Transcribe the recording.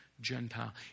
Gentile